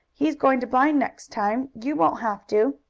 he's going to blind next time, you won't have to!